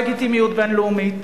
לגיטימיות בין-לאומית.